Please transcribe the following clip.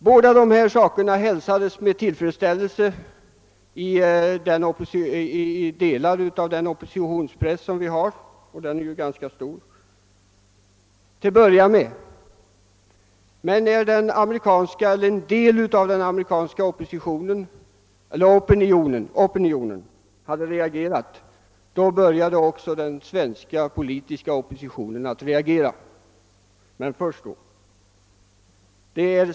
Båda sakerna hälsades till en början med tillfredsställelse i delar av den svenska oppositionspressen, som ju är ganska stor. När en del av den amerikanska opinionen reagerade — men först då — började emellertid också den svenska politiska oppositionen att reagera.